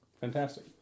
Fantastic